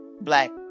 black